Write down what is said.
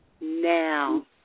now